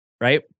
right